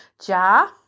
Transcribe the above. jar